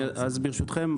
אז ברשותכם,